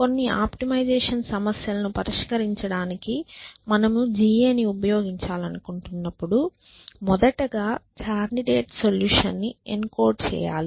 కొన్ని ఆప్టిమైజేషన్ సమస్యలను పరిష్కరించడానికి మనము GA ని ఉపయోగించాలనుకున్నప్పుడు మొదటగా కాండిడేట్ సొల్యూషన్ ని ఎన్కోడ్ చేయాలి